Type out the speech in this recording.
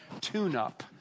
tune-up